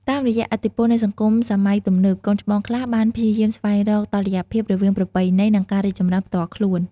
តាមរយៈឥទ្ធិពលនៃសង្គមសម័យទំនើប កូនច្បងខ្លះបានព្យាយាមស្វែងរកតុល្យភាពរវាងប្រពៃណី និងការរីកចម្រើនផ្ទាល់ខ្លួន។